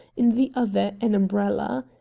in the other an umbrella.